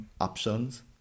options